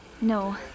No